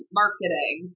marketing